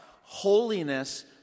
Holiness